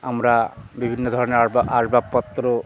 আমরা বিভিন্ন ধরনের আসবাবপত্র